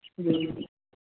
जी